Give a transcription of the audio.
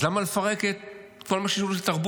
אז למה לפרק את כל מה שהוא של תרבות,